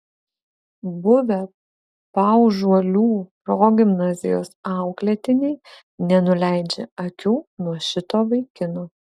buvę paužuolių progimnazijos auklėtiniai nenuleidžia akių nuo šito vaikino